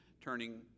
turning